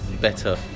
better